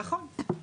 נכון.